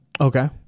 Okay